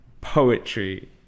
poetry